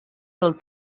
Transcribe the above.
del